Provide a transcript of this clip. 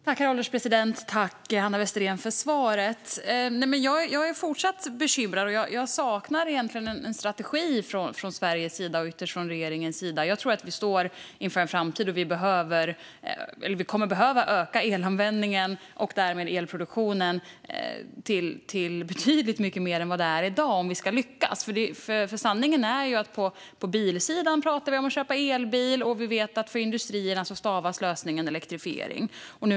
Herr ålderspresident! Tack, Hanna Westerén, för svaret! Jag är fortsatt bekymrad, och jag saknar egentligen en strategi från Sveriges och ytterst från regeringens sida. Jag tror att vi står inför en framtid när vi kommer att behöva öka elanvändningen och därmed elproduktionen till betydligt mycket mer än i dag om vi ska lyckas. Sanningen är ju att på bilsidan pratar vi om att köpa elbilar, och vi vet att för industrierna stavas lösningen elektrifiering.